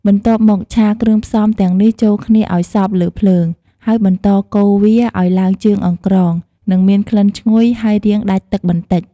បន្ទាប់មក ឆាគ្រឿងផ្សំទាំងនេះចូលគ្នាឲ្យសព្វលើភ្លើង ហើយបន្តកូរវាអោយឡើងជើងអង្រ្គង និងមានក្លិនឆ្ងុយហើយរាងដាច់ទឹកបន្តិច។